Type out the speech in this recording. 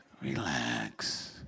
Relax